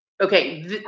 Okay